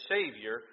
Savior